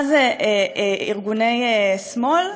מה זה "ארגוני שמאל"?